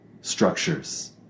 structures